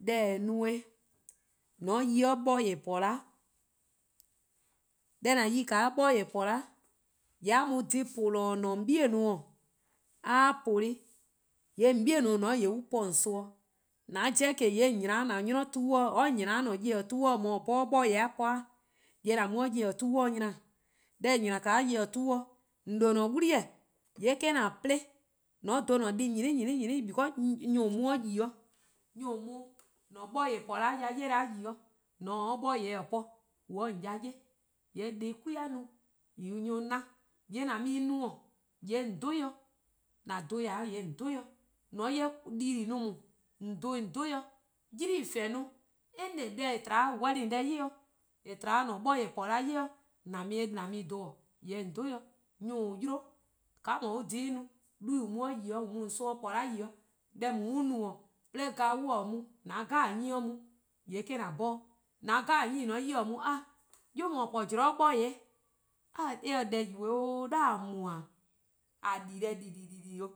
Deh :eh no-eh, :mor :an 'ye 'de 'bor-yor-eh :po 'da, deh :an yi-a 'bor-yor-eh po 'da, :yee' a mu dhih polo :mor-: 'dekorn: :on 'bei', :mor a polo-ih, :yee' :on 'bei' :dao' an po :on son bo. :yee' :an 'jeh :ke :on :nya 'da an 'nynor tu-dih or :nya 'de :an-a' nyor-kpalu tu-dih :mor :or 'bhorn :on 'ye 'de 'bor-yor-eh :bo, :yee' :an mu 'de nyor-kpalu tu-dih-nya:, deh :on :nya-' 'de nyor-kpalu tu-dih, :yee' :on :due' :an-a'a: 'wli-eh eh-: :an plo :an dhen :an-a'a: deh+ 'nyene 'nyene 'nyene because nyor+ :an mu-a 'de yi-', :an mu-a :an 'bir-yor-eh: :po 'da ya 'ye 'da yi-' :mor :on :taa 'de 'bor-yor'-eh po :on 'ye-a :on ya 'ye, :yee' deh 'kwi-a no-a nyor+-a na-' :an mu-ih :no :yee' dhe-ih dih, :an dhen-a :yee' :an dhe-ih' dih. :mo :mor :on 'ye dii-dih: 'i ldaa :yee' :on dhen-' :on dhe-ih dih, 'ylii' 'i, any deh :eh tba-a weding deh 'i, :eh tba a-a'a: 'bor-yor-eh po deh 'i :an mu-eh: dhen :yee' :on. dhe-ih dih. Nyor+ :an yi-a 'de :ka :on 'ye-a dhih-' no, 'duhba'+ :an mu-a 'de yi-' :an mu-a :on son bo :po 'da 'yi-a, deh :on 'ye-a no 'do on bo 'de glaa'e' :mor on :taa' mu 'de :an 'nyene 'ye-a mu :yee' eh-: 'an 'bhorn-dih, :mor :an 'nyene 'jeh :taa mu, 'a! 'Yu :daa :or :po-a 'de 'bor-yor-eh zean 'a eh :sa deh yi 'ooo', eh :se 'de :dha :a mu-a :e, :a di deh diii: 'o